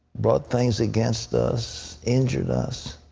brought things against us, injured us?